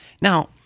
Now